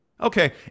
okay